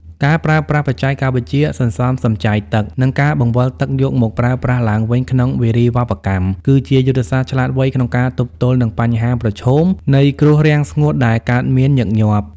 ការប្រើប្រាស់បច្ចេកវិទ្យាសន្សំសំចៃទឹក និងការបង្វិលទឹកយកមកប្រើប្រាស់ឡើងវិញក្នុងវារីវប្បកម្ម គឺជាយុទ្ធសាស្ត្រឆ្លាតវៃក្នុងការទប់ទល់នឹងបញ្ហាប្រឈមនៃគ្រោះរាំងស្ងួតដែលកើតមានញឹកញាប់។